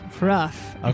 rough